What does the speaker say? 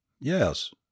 yes